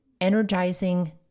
energizing